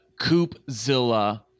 Coopzilla